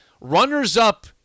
runners-up